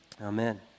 Amen